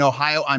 Ohio